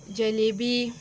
jalebi